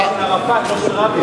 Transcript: של ערפאת, לא של רבין.